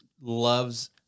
loves